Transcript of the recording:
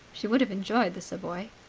she would have enjoyed the savoy.